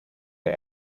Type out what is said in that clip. der